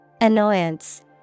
Annoyance